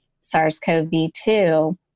SARS-CoV-2